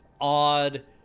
odd